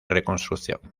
reconstrucción